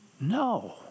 No